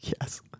Yes